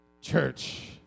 church